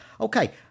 Okay